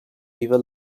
viva